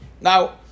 Now